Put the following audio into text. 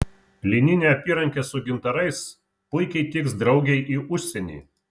lininė apyrankė su gintarais puikiai tiks draugei į užsienį